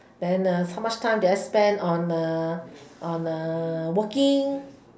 then how much time did I spend on on working